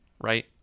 right